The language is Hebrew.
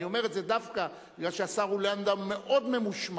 אני אומר את זה דווקא מפני שהשר לנדאו מאוד ממושמע